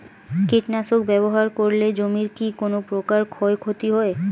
কীটনাশক ব্যাবহার করলে জমির কী কোন প্রকার ক্ষয় ক্ষতি হয়?